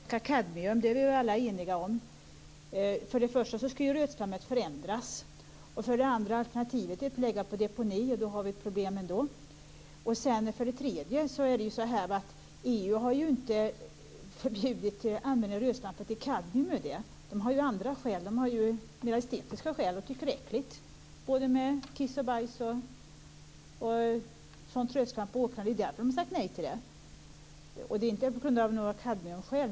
Fru talman! Att vi inte skall käka kadmium är vi väl alla eniga om. För det första skall ju rötslammet förändras. För det andra är alternativet deponi, och då har vi ändå ett problem. För det tredje har EU inte förbjudit användningen av rötslam därför att det innehåller kadmium. I stället finns det andra, mer estetiska, skäl. Man tycker att det är äckligt med kiss och bajs och sådant rötslam på åkrarna. Det är därför som man har sagt nej, alltså inte på grund av kadmiumet.